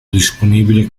disponibile